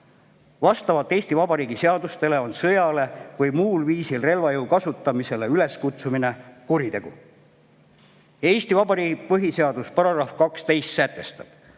Vastavalt Eesti Vabariigi seadustele on sõjale või muul viisil relvajõu kasutamisele üleskutsumine kuritegu. Eesti Vabariigi põhiseaduse § 12 sätestab,